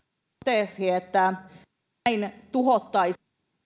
totesi että näin tuhottaisiin vrn